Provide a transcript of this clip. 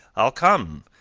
i'll come.